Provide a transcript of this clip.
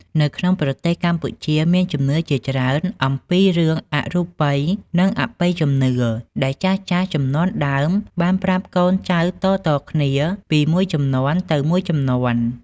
នៅក្នុងប្រទេសកម្ពុជា មានជំនឿជាច្រើនអំពីរឿងអរូបី និងអបិយជំនឿ ដែលចាស់ៗជំនាន់ដើមបានប្រាប់កូនចៅតៗគ្នាពីមួយជំនាន់ទៅមួយជំនាន់។